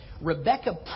Rebecca